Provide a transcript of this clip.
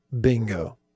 bingo